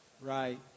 right